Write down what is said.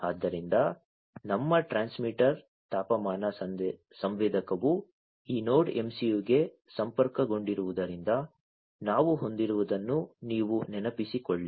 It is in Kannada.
ಆದ್ದರಿಂದ ನಮ್ಮ ಟ್ರಾನ್ಸ್ಮಿಟರ್ ತಾಪಮಾನ ಸಂವೇದಕವು ಈ ನೋಡ್ MCU ಗೆ ಸಂಪರ್ಕಗೊಂಡಿರುವುದರಿಂದ ನಾವು ಹೊಂದಿರುವುದನ್ನು ನೀವು ನೆನಪಿಸಿಕೊಳ್ಳಿ